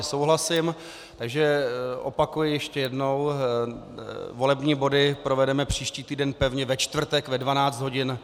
Souhlasím, takže opakuji ještě jednou volební body provedeme příští týden pevně ve čtvrtek ve 12.30 hodin.